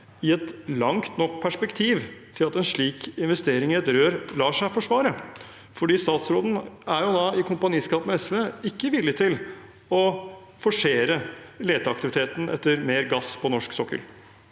i et langt nok perspektiv til at en slik investering i et rør lar seg forsvare? Statsråden er jo i kompaniskap med SV ikke villig til å forsere leteaktiviteten etter mer gass på norsk sokkel.